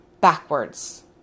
backwards